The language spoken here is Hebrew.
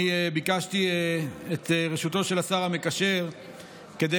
אני ביקשתי את רשותו של השר המקשר ושלך,